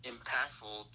Impactful